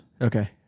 Okay